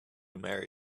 married